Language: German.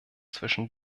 zwischen